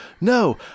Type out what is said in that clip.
No